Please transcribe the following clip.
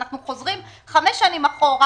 אנחנו חוזרים חמש שנים אחורה,